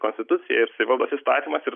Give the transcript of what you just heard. konstitucija ir savivaldos įstatymas ir